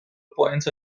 points